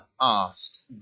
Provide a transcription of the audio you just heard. asked